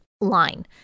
line